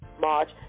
march